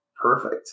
Perfect